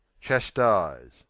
chastise